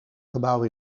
gebouw